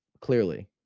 clearly